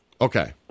Okay